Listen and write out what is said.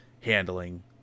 handling